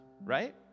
right